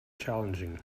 challenging